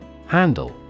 Handle